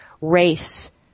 race